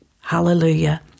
Hallelujah